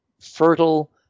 fertile